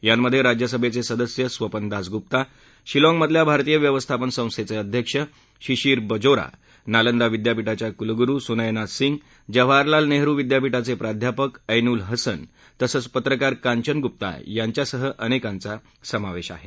यांमध्ये राज्यसभेचे सदस्य स्वपन दासगुप्ता शिलाँगमधल्या भारतीय व्यवस्थापन संस्थेचे अध्यक्ष शिशीर बजोरा नालंदा विद्यापीठाच्या कुलगुरु सुनैना सिंग जवाहरलाल नेहरू विद्यापीठाचे प्राध्यापक ऐनुल हसन तसंच पत्रकार कांचन गुप्ता यांच्यासह अनेकांचा समावेश आहे